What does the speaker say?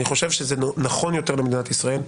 אני חושב שזה נכון יותר למדינת ישראל.